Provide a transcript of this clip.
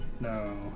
No